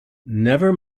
never